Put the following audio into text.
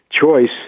choice